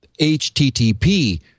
HTTP